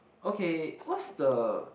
okay what's the